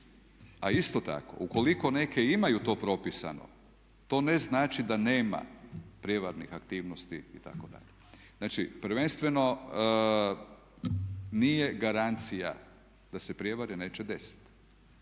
A isto tako ukoliko neke imaju to propisano to ne znači da nema prijevarnih aktivnosti itd. Znači, prvenstveno nije garancija da se prijevare neće desiti.